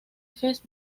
presencia